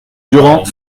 durand